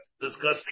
discussing